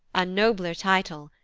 a nobler title,